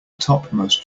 topmost